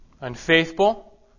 unfaithful